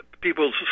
people